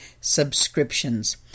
subscriptions